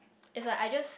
it's like I just